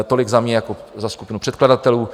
Tolik za mě jako za skupinu předkladatelů.